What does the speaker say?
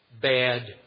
bad